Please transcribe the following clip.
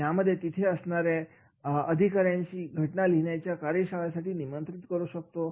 यामध्ये आपण तिथे असणारे अधिकार्यांना घटना लिहिण्याच्या कार्यशाळेसाठी निमंत्रण करू शकतो